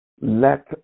let